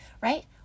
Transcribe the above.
right